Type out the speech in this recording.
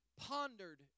pondered